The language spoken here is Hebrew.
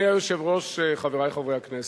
אדוני היושב-ראש, חברי חברי הכנסת,